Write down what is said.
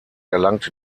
erlangte